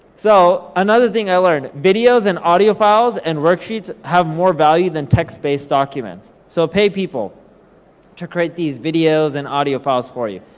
so, another thing i learned, videos, and audio files, and worksheets have more value than text based documents, so pay people to create these videos and audio files for you.